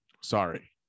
Sorry